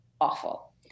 awful